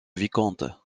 vicomte